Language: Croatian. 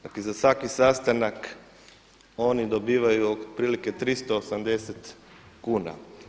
Dakle, za svaki sastanak oni dobivaju otprilike 380 kuna.